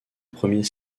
premier